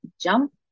jump